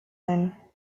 ein